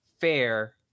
fair